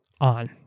on